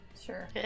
Sure